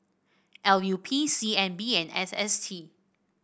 L U P C N B and S S T